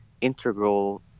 integral